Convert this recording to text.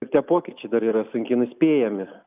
ir tie pokyčiai dar yra sunkiai nuspėjami